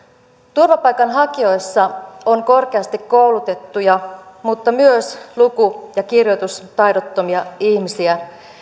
turvapaikanhakijoissa on korkeasti koulutettuja mutta myös luku ja kirjoitustaidottomia ihmisiä